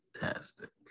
fantastic